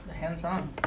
hands-on